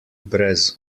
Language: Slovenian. brez